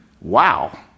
wow